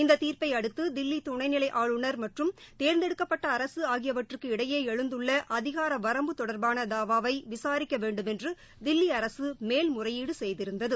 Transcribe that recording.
இந்த தீர்ப்பை அடுத்து தில்லி துணை நிலை ஆளுநர் மற்றும் தேர்ந்தெடுக்கப்பட்ட அரசு ஆகியவற்றுக்கு இடையே எழுந்துள்ள அதிகார வரம்பு தொடர்பான தாவாவை விசாரிக்க வேண்டுமென்று தில்லி அரசு மேல்முறையீடு செய்திருந்தது